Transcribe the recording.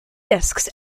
discs